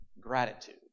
gratitude